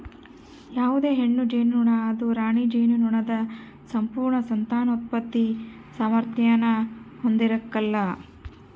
ಯಾವುದೇ ಹೆಣ್ಣು ಜೇನುನೊಣ ಅದು ರಾಣಿ ಜೇನುನೊಣದ ಸಂಪೂರ್ಣ ಸಂತಾನೋತ್ಪತ್ತಿ ಸಾಮಾರ್ಥ್ಯಾನ ಹೊಂದಿರಕಲ್ಲ